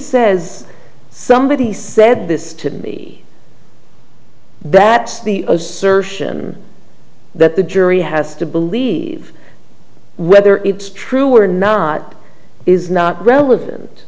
says somebody said this to me that's the assertion that the jury has to believe whether it's true or not is not relevant